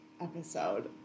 episode